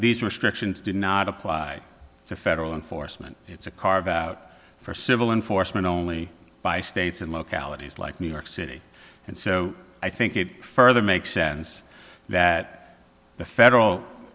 these restrictions did not apply to federal enforcement it's a carve out for civil enforcement only by states and localities like new york city and so i think it further makes sense that the federal